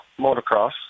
motocross